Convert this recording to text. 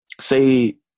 say